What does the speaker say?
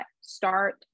start